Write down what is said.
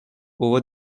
over